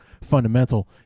fundamental